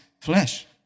flesh